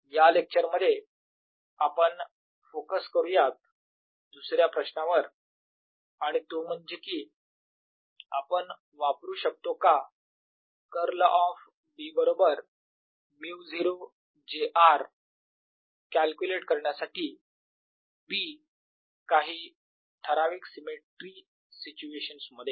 या लेक्चरमध्ये आपण फोकस करूयात दुसऱ्या प्रश्नावर आणि तो म्हणजे की आपण वापरू शकतो का कर्ल ऑफ B बरोबर μ0 j r कॅल्क्युलेट करण्यासाठी B काही ठराविक सिमेट्री सिच्युएशन्स मध्ये